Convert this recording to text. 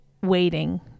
waiting